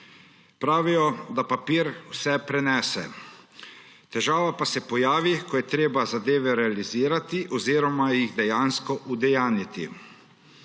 Pravijo, da papir vse prenese, težava pa se pojavi, ko je treba zadeve realizirati oziroma jih dejansko udejanjiti.